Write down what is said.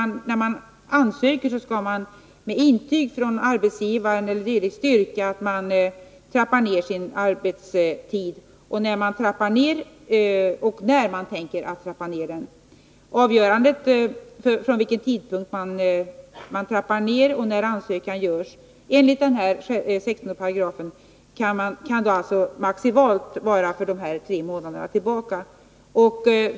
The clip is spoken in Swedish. När man ansöker skall man med intyg från arbetsgivaren e. d. styrka att man får trappa ner sin arbetstid och vid vilken tidpunkt man tänker göra det. Vid avgörandet av från vilken tidpunkt delpensionen skall beviljas måste man således beakta det som sägs i 16 §, att det maximalt kan röra sig om en tid om tre månader tillbaka efter ansökningsmånaden.